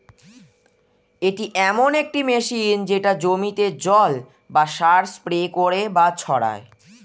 এটি এমন একটি মেশিন যেটা জমিতে জল বা সার স্প্রে করে বা ছড়ায়